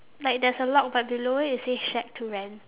like there's a lock but below it it say shack to rent